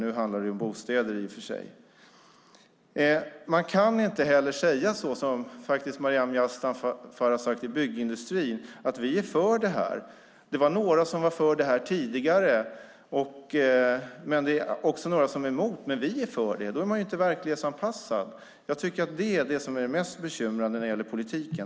Nu handlar det ju om bostäder. Man kan inte säga som Maryam Yazdanfar har sagt att vi är för detta - att några var för detta tidigare och några är emot. Då är man ju inte verklighetsanpassad. Det är det som är mest bekymrande när det gäller politiken.